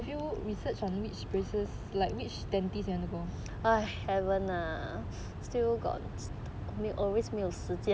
so have you research on which braces like which dentist you want to go